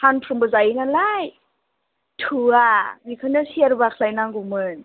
सानफ्रोमबो जायो नालाय थोआ बेखौनो सेरबासो लायनांगौमोन